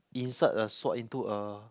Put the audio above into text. insert a sword into a